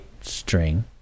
string